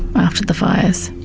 after the fires.